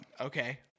Okay